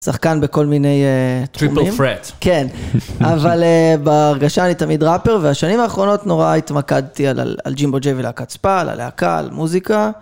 שחקן בכל מיני אה.. תחומים, triple-threat, כן, אבל אה.. בהרגשה אני תמיד ראפר והשנים האחרונות נורא התמקדתי על ג'ימבו ג'יי ולהקת ספא, על הלהקה, על מוזיקה.